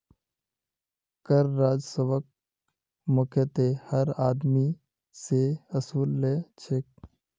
कर राजस्वक मुख्यतयः हर आदमी स वसू ल छेक